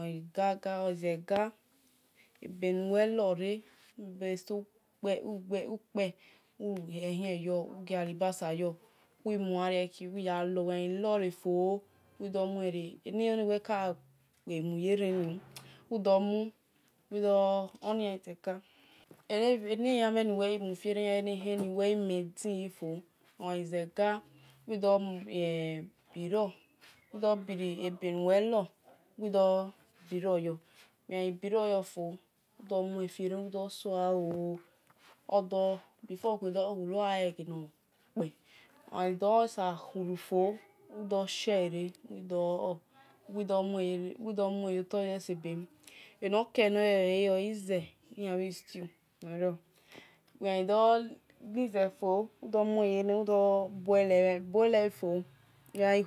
Ogha-gha ogha ize gha emhin nu wehen- ukpe, uhe- ehien yor wi gia-alibasa yor. wi mu- gha nieki uwi yha lo uwegh. alone fo. udho- nuene. eni- em hin uwe-kha kpe munyenenni eni-amen ni nuwe muye- ene. iyan ahi amen nu- we medin yi fo ogha e- zegha uwii dho bire- ebe nu whe loyor uwe gha biro yo fo udo mufue-ene odho sowa o. oo before okhue dho ichiena o- yan ghi bhe kpe uwi dhoghie he me uwi dho hor eno- kele. ohe ize bhi. Iytew uwe gha